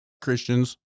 christians